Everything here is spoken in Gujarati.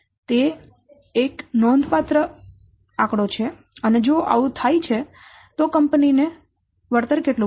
તે એક નોંધપાત્ર રકમ છે અને જો આવું થાય છે કંપની ને કેટલું મળશે